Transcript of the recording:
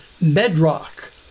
bedrock